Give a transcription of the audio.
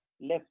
left